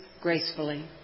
gracefully